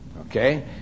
Okay